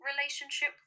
relationship